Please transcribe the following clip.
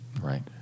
Right